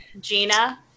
Gina